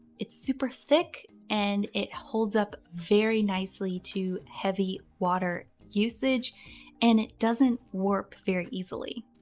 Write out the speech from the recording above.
it's super thick and it holds up very nicely to heavy water usage and it doesn't warp very easily.